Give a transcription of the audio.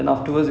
mm